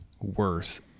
worse